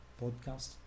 podcast